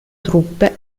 truppe